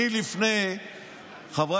טלי